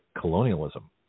colonialism